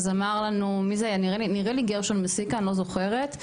אז אמר לנו נראה לי גרשון מסיקה אני לא זוכרת,